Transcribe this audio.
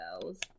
girls